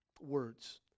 words